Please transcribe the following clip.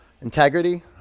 Integrity